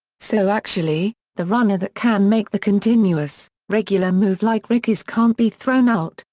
so actually, the runner that can make the continuous, regular move like rickey's can't be thrown out,